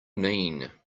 mean